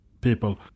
people